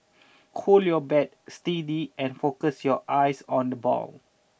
hold your bat steady and focus your eyes on the ball